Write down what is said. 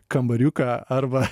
kambariuką arba